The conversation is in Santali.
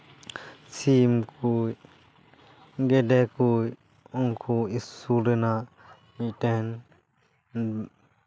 ᱥᱤᱢ ᱠᱩᱡ ᱜᱮᱰᱮ ᱠᱩᱡ ᱩᱱᱠᱩ ᱥᱩᱨ ᱨᱮᱱᱟᱜ ᱢᱤᱫᱴᱮᱱ